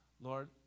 Lord